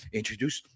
introduce